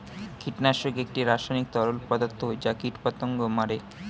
কীটনাশক একটি রাসায়নিক তরল পদার্থ যা কীটপতঙ্গ মারে